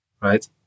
right